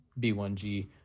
b1g